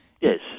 Yes